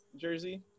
jersey